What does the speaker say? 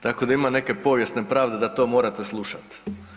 Tako da ima neke povijesne pravde da to morate slušati.